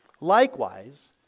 Likewise